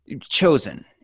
chosen